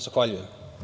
Zahvaljujem.